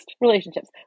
relationships